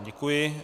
Děkuji.